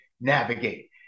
navigate